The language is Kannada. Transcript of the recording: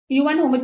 u1 Hom